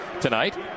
tonight